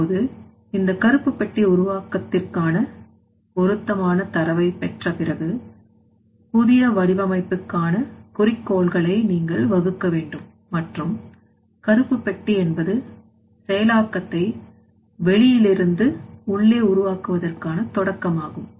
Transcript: இப்போது இந்த கருப்பு பெட்டி உருவாக்கத்திற்கான பொருத்தமான தரவை பெற்ற பிறகு புதிய வடிவமைப்புக்கான குறிக்கோள்களை நீங்கள் வகுக்க வேண்டும் மற்றும் கருப்பு பெட்டி என்பது செயலாக்கத்தை வெளியிலிருந்து உள்ளே உருவாக்குவதற்கான தொடக்கமாகும்